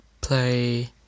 play